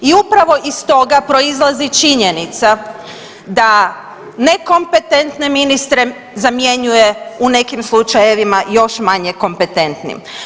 I upravo iz toga proizlazi činjenica da nekompetentne ministre zamjenjuje u nekim slučajevima još manje kompetentnim.